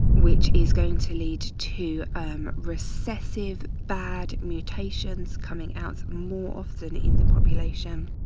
which is going to lead to um recessive bad mutations coming out more often in the population.